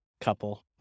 couple